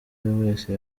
wese